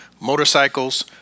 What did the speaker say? motorcycles